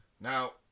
Now